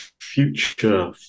future